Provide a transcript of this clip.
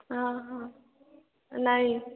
ହଁ ହଁ ନାଇଁ